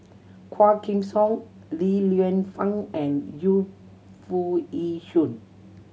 Quah Kim Song Li Lienfung and Yu Foo Yee Shoon